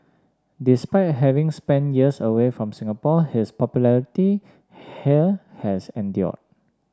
despite having spent years away from Singapore his popularity here has endured